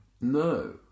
No